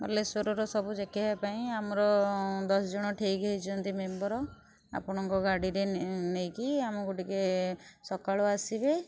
ବାଲେଶ୍ଵରର ସବୁ ପାଇଁ ଆମର ଦଶ ଜଣ ଠିକ୍ ହୋଇଛନ୍ତି ମେମ୍ବର୍ ଆପଣଙ୍କ ଗାଡ଼ିରେ ନେଇକି ଆମକୁ ଟିକେ ସକାଳୁ ଆସିବେ